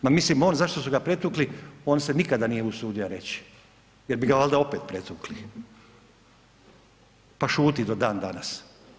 Ma mislim, on, zašto su ga pretukli, on se nikada nije usudio reći jer bi ga valjda opet pretukli pa šuti do dan danas.